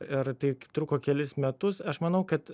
ir tai truko kelis metus aš manau kad